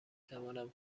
توانم